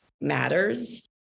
matters